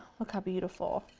look how beautiful.